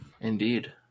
Indeed